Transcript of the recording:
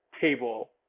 table